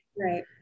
right